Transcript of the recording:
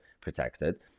protected